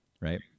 Right